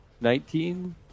Nineteen